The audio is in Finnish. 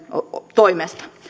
toimesta